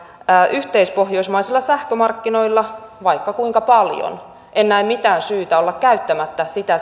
yhteispohjoismaisilla sähkömarkkinoilla vaikka kuinka paljon en näe mitään syytä olla käyttämättä sitä